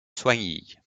soignies